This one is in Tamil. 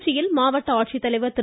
திருச்சியில் மாவட்ட ஆட்சித்தலைவர் திரு